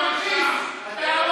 מה הקשר, אתה אנרכיסט, אתה אנרכיסט.